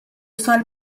sar